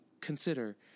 consider